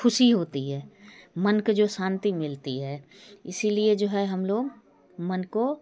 खुशी होती है मन को जो शांति मिलती है इसी लिए जो है हम लोग मन को